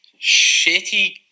shitty